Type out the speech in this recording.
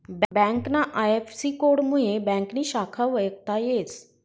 ब्यांकना आय.एफ.सी.कोडमुये ब्यांकनी शाखा वयखता येस